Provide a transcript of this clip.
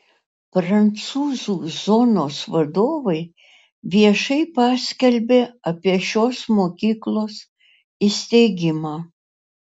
prancūzų zonos vadovai viešai paskelbė apie šios mokyklos įsteigimą